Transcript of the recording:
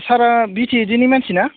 सारा बिटिएदिनि मानसि ना